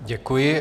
Děkuji.